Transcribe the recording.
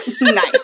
nice